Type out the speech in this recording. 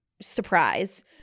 Surprise